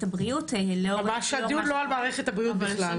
הבריאות --- הדיון הוא לא על מערכת הבריאות בכלל.